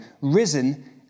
risen